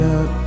up